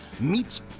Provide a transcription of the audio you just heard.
meets